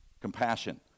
Compassion